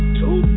two